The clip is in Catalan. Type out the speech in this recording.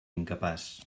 incapaç